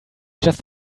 just